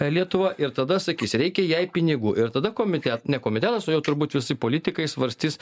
lietuva ir tada sakys reikia jai pinigų ir tada komite ne komitetas o jau turbūt visi politikai svarstys